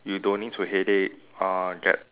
you don't need to headache uh get